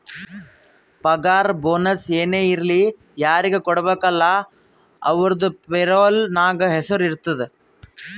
ಪಗಾರ ಬೋನಸ್ ಏನೇ ಇರ್ಲಿ ಯಾರಿಗ ಕೊಡ್ಬೇಕ ಅಲ್ಲಾ ಅವ್ರದು ಪೇರೋಲ್ ನಾಗ್ ಹೆಸುರ್ ಇರ್ತುದ್